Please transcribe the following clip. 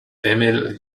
emil